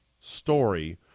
story